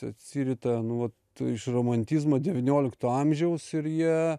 atsirita nu vat iš romantizmo devyniolikto amžiaus ir jie